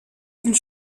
ils